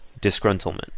disgruntlement